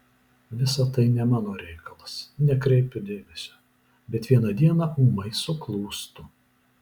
visa tai ne mano reikalas nekreipiu dėmesio bet vieną dieną ūmai suklūstu